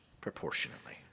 proportionately